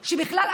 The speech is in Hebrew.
שבכלל,